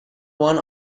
one